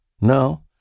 No